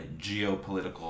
geopolitical